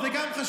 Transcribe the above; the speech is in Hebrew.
זה גם חשוב,